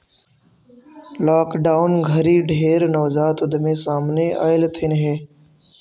lockdown घरी ढेर नवजात उद्यमी सामने अएलथिन हे